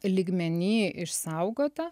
lygmeny išsaugotą